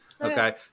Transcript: Okay